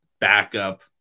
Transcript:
backup